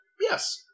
Yes